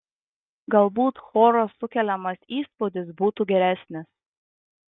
galbūt choro sukeliamas įspūdis būtų geresnis